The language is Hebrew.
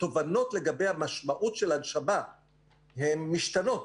התובנות לגבי המשמעות של הנשמה הן משתנות.